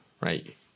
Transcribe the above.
right